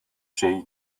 şey